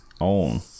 own